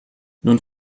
nun